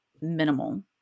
minimal